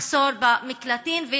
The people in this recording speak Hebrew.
מחסור במקלטים,